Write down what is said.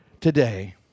today